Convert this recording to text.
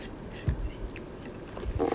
I